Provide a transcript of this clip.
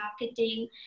marketing